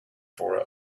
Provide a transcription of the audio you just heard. for